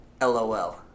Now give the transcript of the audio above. LOL